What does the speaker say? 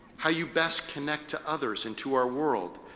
how you best connect to others and to our world,